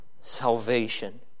salvation